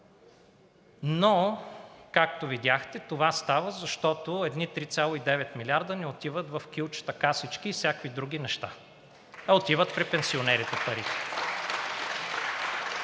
Но, както видяхте, това става, защото едни 3,9 милиарда не отиват в кюлчета, касички и всякакви други неща, а парите отиват при пенсионерите.